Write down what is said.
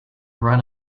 run